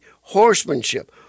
horsemanship